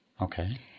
Okay